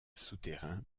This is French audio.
souterrain